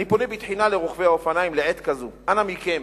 אני פונה בתחינה לרוכבי האופניים לעת כזו: אנא מכם,